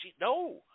no